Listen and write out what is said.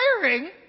tiring